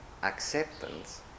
acceptance